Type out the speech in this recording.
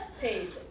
Page